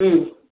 ಹ್ಞೂ